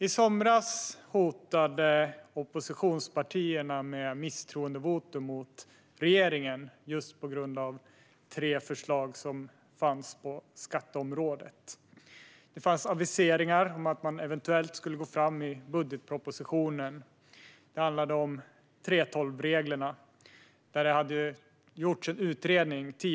I somras hotade oppositionspartierna med misstroendevotum mot regeringen just på grund av tre förslag på skatteområdet. Det fanns aviseringar om att man eventuellt skulle gå fram med dem i budgetpropositionen. Det handlade om 3:12-reglerna, där det tidigare hade gjorts en utredning.